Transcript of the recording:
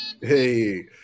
Hey